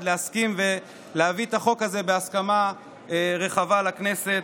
להסכים ולהביא את החוק הזה בהסכמה רחבה לכנסת.